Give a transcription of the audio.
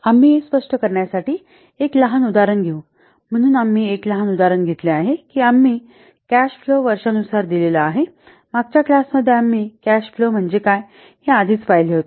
आम्ही हे स्पष्ट करण्यासाठी एक लहान उदाहरण घेऊ म्हणून आम्ही एक लहान उदाहरण घेतले आहे की आम्ही कॅश फ्लो वर्षानुसार दिलेला आहे मागच्या क्लास मध्ये आम्ही कॅश फ्लो म्हणजे काय हे आधीच पाहिले आहे